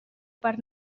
per